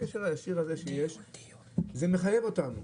הקשר הישיר הזה מחייב אותנו,